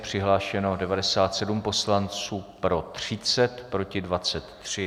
Přihlášeno 97 poslanců, pro 30, proti 23.